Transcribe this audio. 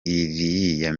iriya